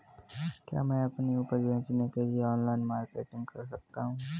क्या मैं अपनी उपज बेचने के लिए ऑनलाइन मार्केटिंग कर सकता हूँ?